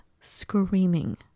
screaming